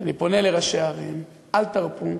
אני פונה לראשי הערים: אל תרפו,